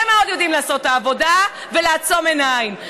מאוד יודעים לעשות את העבודה ולעצום עיניים,